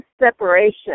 separation